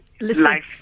Listen